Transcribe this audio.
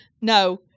no